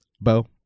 Bo